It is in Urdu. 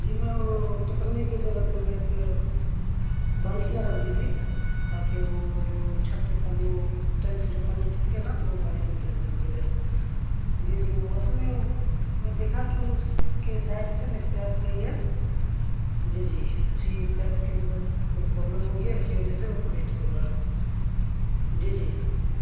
جی میں وہ ٹپکنے کی جگہ پہ میں ایک بالٹیاں رکھ دی تھیں تاکہ وہ جو چھت سے پانی وہ ٹینک سے جو پانی ٹپکے نا تو وہ بالٹی کے اندر نکلے جی جی وہ اصل میں میں دیکھا کہ اس کے سائڈ سے جو ہے نا ایک پائپ گئی ہے جی جی اسی پائپ کے اندر کوئی پرابلم ہو گیا ہے اسی وجہ سے وہ پانی ٹپک رہا ہے جی جی